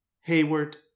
Hayward